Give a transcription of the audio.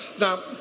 Now